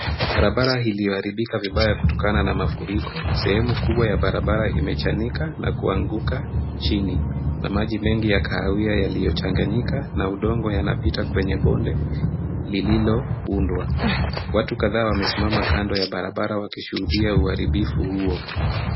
Barabara iliyoharibika vibaya kutokana na mafuriko, sehemu kubwa ya barabara imechanika na kuanguka chini ,na maji mengi ya kahawia yaliyochanganyika na udongo yanapita kwenye bonde lililoundwa , watu kadhaa wamesimama kando ya barabara wakishuhudia uharibifu huo.